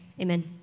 Amen